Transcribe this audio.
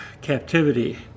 captivity